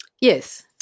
Yes